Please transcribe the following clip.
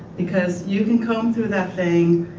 because you can comb through that thing,